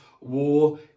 War